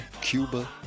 Cuba